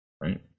Right